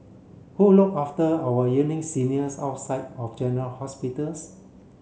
who look after our seniors outside of general hospitals